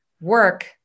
work